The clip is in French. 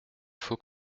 faut